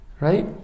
Right